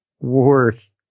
worth